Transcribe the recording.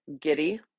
giddy